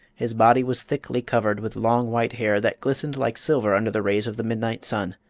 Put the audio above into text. his body was thickly covered with long, white hair that glistened like silver under the rays of the midnight sun.